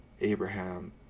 abraham